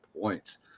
points